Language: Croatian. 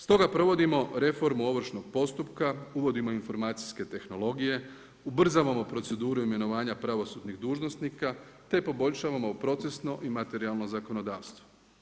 Stoga provodimo reformu ovršnog postupka, uvodimo informacijske tehnologije, ubrzavamo proceduru imenovanja pravosudnih dužnosnika te poboljšavamo procesno i materijalno zakonodavstvo.